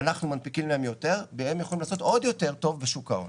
אנחנו מנפיקים להם יותר והם יכולים לעשות עוד יותר טוב בשוק ההון.